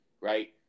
right